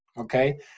okay